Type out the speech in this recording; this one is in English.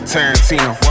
Tarantino